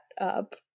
up